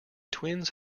twins